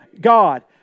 God